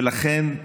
ולכן,